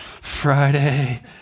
Friday